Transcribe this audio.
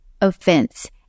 offense